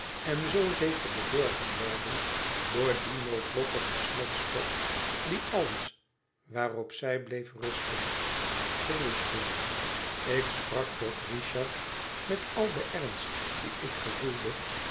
en zoo zeker bedorven werden door die noodlottige smetstof die alles waarop zij bleef rusten verwoestte ik sprak tot richard met al den ernst dien ik gevoelde